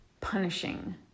punishing